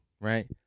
right